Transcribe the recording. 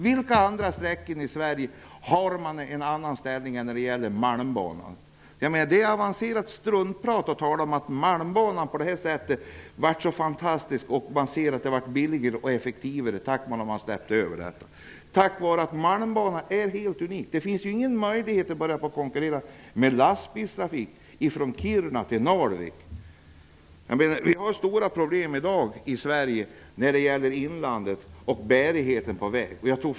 Vilka andra sträckor i Sverige har en ställning som liknar malmbanans? Det är avancerat struntprat att tala om att malmbanan blev så fantastisk och att det blev billigare och effektivare genom att man släppte över detta till LKAB. Malmbanan är ju helt unik. Det finns ingen möjlighet att konkurrera med lastbilstrafik från Kiruna till Narvik. Vi har stora problem i dag i Sverige när det gäller bärigheten på vägarna i inlandet.